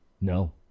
No